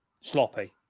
Sloppy